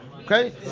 okay